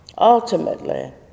Ultimately